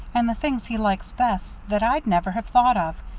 and the things he likes best that i'd never have thought of,